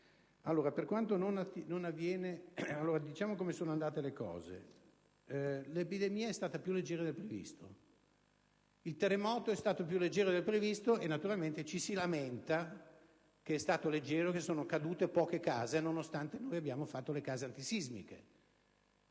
far fronte al virus. Diciamo come sono andate le cose: l'epidemia è stata più leggera del previsto. Il terremoto è stato più leggero del previsto e naturalmente ci si lamenta che è stato leggero e che sono cadute poche case nonostante noi le abbiamo costruite secondo criteri antisismici.